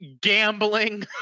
gambling